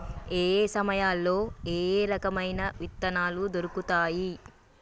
ఏయే సమయాల్లో ఏయే రకమైన విత్తనాలు దొరుకుతాయి?